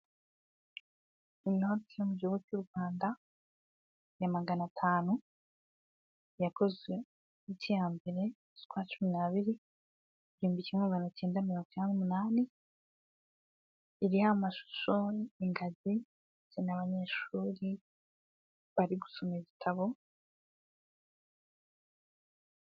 Inoti yo mu gihugu cy'u Rwanda ya magana, yakozwe mukwezi kwa mbere z'ukwacumi nabiri, igihumbi kimwe magana n'umunani, iriho amashusho y'ingagi ndetse n'abanyeshuri bari gusoma igitabo.